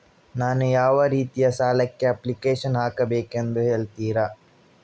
ನಾನು ಯಾವ ರೀತಿ ಸಾಲಕ್ಕೆ ಅಪ್ಲಿಕೇಶನ್ ಹಾಕಬೇಕೆಂದು ಹೇಳ್ತಿರಾ?